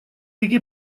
iki